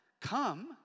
come